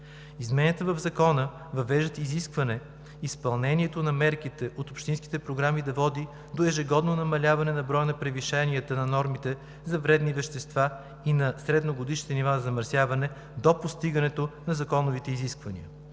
Измененията в Закона въвеждат изискване изпълнението на мерките от общинските програми да води до ежегодно намаляване на броя на превишенията на нормите за вредни вещества и на средногодишните нива на замърсяване до постигането на законовите изисквания.